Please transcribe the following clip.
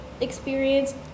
experience